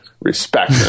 respect